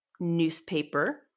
newspaper